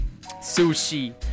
sushi